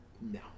No